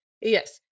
yes